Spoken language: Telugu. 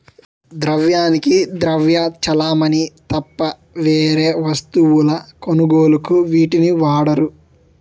ద్రవ్యానికి ద్రవ్య చలామణి తప్ప వేరే వస్తువుల కొనుగోలుకు వీటిని వాడరు